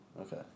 Okay